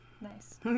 Nice